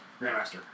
Grandmaster